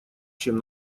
чем